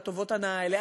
כל טובות ההנאה האלה.